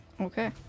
Okay